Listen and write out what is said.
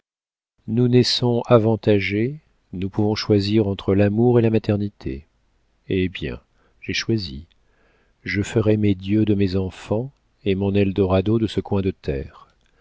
nous naissons avantagées nous pouvons choisir entre l'amour et la maternité eh bien j'ai choisi je ferai mes dieux de mes enfants et mon el dorado de ce coin de terre